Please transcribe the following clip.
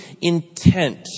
intent